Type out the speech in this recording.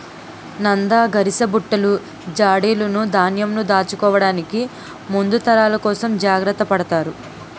నంద, గరిసబుట్టలు, జాడీలును ధాన్యంను దాచుకోవడానికి ముందు తరాల కోసం జాగ్రత్త పడతారు